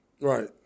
Right